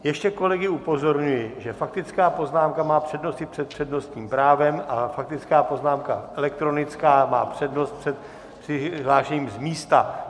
Ještě kolegy upozorňují, že faktická poznámka má přednost i před přednostním právem a faktická poznámka elektronická má přednost před přihlášením z místa.